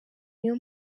niyo